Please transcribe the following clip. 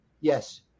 Yes